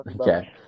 Okay